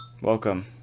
welcome